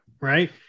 Right